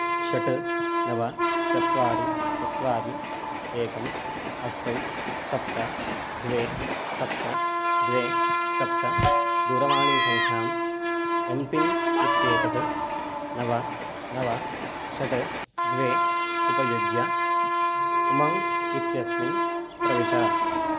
षट् नव चत्वारि चत्वारि एकम् अष्टौ सप्त द्वे सप्त द्वे सप्त दूरवाणीसङ्ख्याम् एम्पिन् इत्येतत् नव नव षट् द्वे उपयुज्य उमङ्ग् इत्यस्मिन् प्रविश